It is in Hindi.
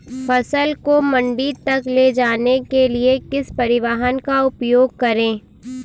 फसल को मंडी तक ले जाने के लिए किस परिवहन का उपयोग करें?